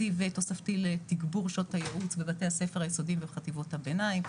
תקציב תוספתי לתגבור שעות הייעוץ בבתי הספר היסודי וחטיבות הביניים,